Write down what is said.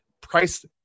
price